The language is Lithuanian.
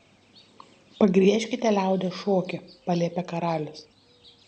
pagriežkite liaudies šokį paliepė karalius